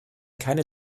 keine